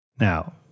Now